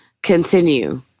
Continue